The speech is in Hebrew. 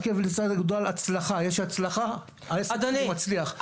עקב לצד אגודל יש הצלחה, העסק שלי מצליח.